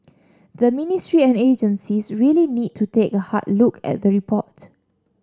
the ministry and agencies really need to take a hard look at the report